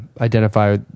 identify